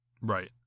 Right